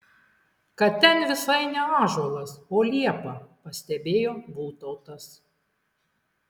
kad ten visai ne ąžuolas o liepa pastebėjo būtautas